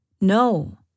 No